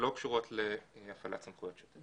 שלא קשורות להפעלת סמכויות שוטר.